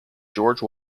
george